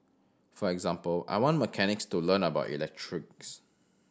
for example I want mechanics to learn about electrics